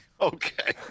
Okay